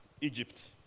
Egypt